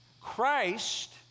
Christ